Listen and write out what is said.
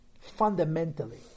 Fundamentally